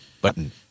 Button